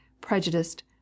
prejudiced